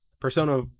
Persona